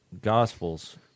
Gospels